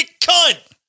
cunt